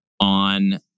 on